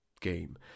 game